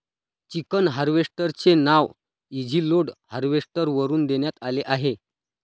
chicken harvester चे नाव easy load harvester वरून देण्यात आले आहे